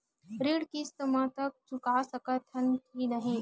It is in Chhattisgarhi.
ऋण किस्त मा तक चुका सकत हन कि नहीं?